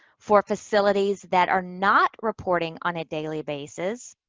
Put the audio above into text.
for facilities that are not reporting on a daily basis,